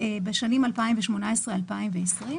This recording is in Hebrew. בשנים 2018 2020,